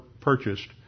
purchased